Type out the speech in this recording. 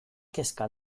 kezka